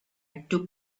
took